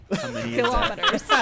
Kilometers